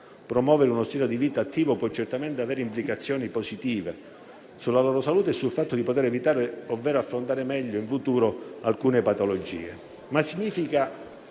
Promuovere uno stile di vita attivo può certamente avere implicazioni positive sulla loro salute e sul fatto di evitare ovvero affrontare meglio in futuro alcune patologie.